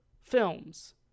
films